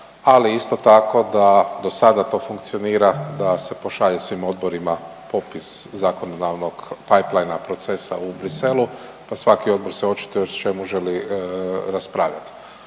ali isto tako do sada to funkcionira da se pošalje svim odborima popis zakonodavnog …plan procesa u Bruxellesu pa svaki odbor se očituje o čemu želi raspravljat.